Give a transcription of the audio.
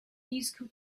musical